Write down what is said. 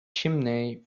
chimney